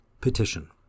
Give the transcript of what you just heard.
Petition